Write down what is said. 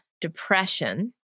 depression